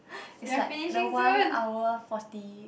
is like the one hour forty